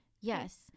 Yes